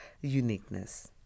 uniqueness